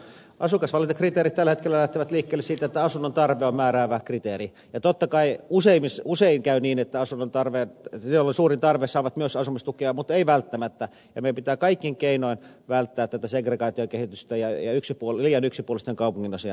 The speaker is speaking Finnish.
asukasvalintakriteerit tällä hetkellä lähtevät liikkeelle siitä että asunnon tarve on määräävä kriteeri ja totta kai usein käy niin että ne joilla on suurin tarve saavat myös asumistukea mutta ei välttämättä ja meidän pitää kaikin keinoin välttää tätä segregaatiokehitystä ja liian yksipuolisten kaupunginosien rakentamista